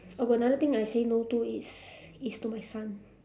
oh got another thing I say no to is is to my son